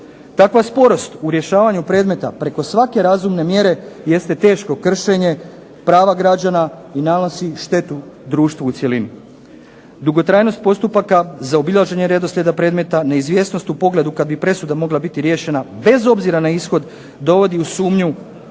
Takva sporost u rješavanju predmeta preko svake razumne mjere jeste teško kršenje prava građana i nanosi štetu društvu u cjelini. Dugotrajnost postupaka, zaobilaženje redoslijeda predmeta, neizvjesnost u pogledu kad bi presuda mogla biti riješena bez obzira na ishod dovodi u sumnju